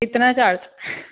کتنا چارج